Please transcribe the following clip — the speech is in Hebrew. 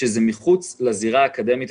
שזה מחוץ לזירה האקדמית,